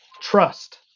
Trust